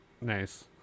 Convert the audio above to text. nice